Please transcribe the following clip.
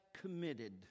committed